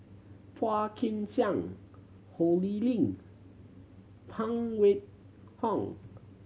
Phua Kin Siang Ho Lee Ling Phan Wait Hong